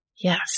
Yes